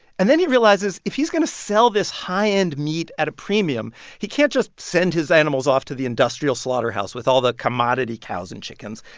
and then he realizes if he's going to sell this high-end meat at a premium, he can't just send his animals off to the industrial slaughterhouse with all the commodity cows and chickens.